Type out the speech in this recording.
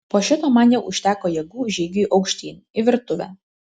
po šito man jau užteko jėgų žygiui aukštyn į virtuvę